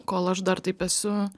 kol aš dar taip esu